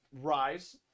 rise